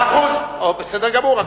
מאה אחוז, בסדר גמור.